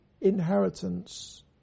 inheritance